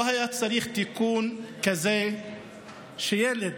לא היה צריך תיקון כזה שילד